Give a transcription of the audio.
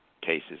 cases